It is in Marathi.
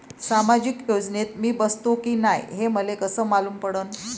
सामाजिक योजनेत मी बसतो की नाय हे मले कस मालूम पडन?